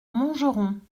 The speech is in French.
montgeron